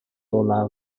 olaf